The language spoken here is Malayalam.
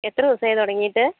എത്ര ദിവസം ആയി തുടങ്ങിയിട്ട്